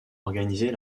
organiser